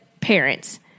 parents